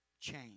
change